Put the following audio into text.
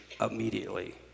immediately